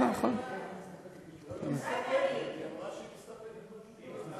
אמרה שהיא מסתפקת בדיון,